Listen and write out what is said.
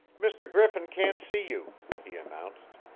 mr. griffin can't see you, he announced.